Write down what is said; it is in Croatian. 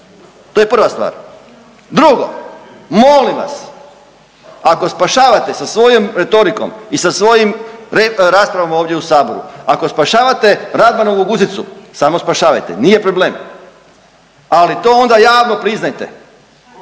to je prva stvar. Drugo, molim vas ako spašavate sa svojom retorikom i sa svojim raspravama ovdje u Saboru ako spašavate Radmanovu guzicu, samo spašavajte nije problem, ali to onda javno priznajte.